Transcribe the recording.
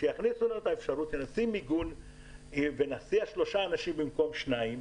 שיכניסו את האפשרות שנשים מיגון ונסיע שלושה אנשים במקום שניים.